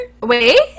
Wait